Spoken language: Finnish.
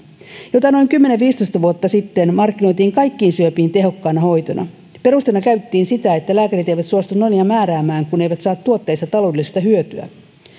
jota noin kymmenen viiva viisitoista vuotta sitten markkinoitiin kaikkiin syöpiin tehokkaana hoitona perusteena käytettiin sitä että lääkärit eivät suostu nonia määräämään kun eivät saa tuotteista taloudellista hyötyä